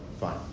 Fine